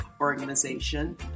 organization